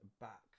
back